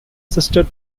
sister